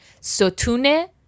Sotune